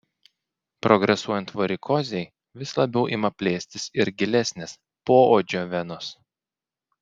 progresuojant varikozei vis labiau ima plėstis ir gilesnės poodžio venos